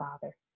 Father